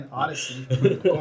odyssey